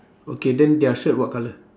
okay then their shirt what colour